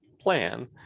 plan